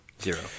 zero